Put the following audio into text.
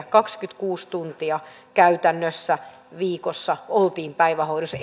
kaksikymmentäkuusi tuntia käytännössä viikossa päivähoidossa